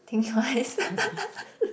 think twice